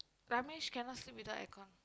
Ramesh cannot sleep without aircon